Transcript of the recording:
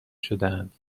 شدهاند